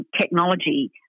technology